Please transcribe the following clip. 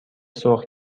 سرخ